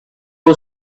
who